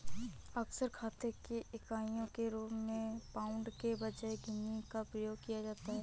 अक्सर खाते की इकाइयों के रूप में पाउंड के बजाय गिनी का उपयोग किया जाता है